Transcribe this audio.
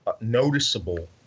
noticeable